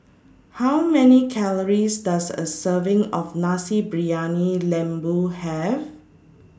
How Many Calories Does A Serving of Nasi Briyani Lembu Have